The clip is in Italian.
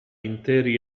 interi